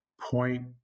point